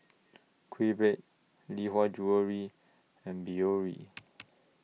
QBread Lee Hwa Jewellery and Biore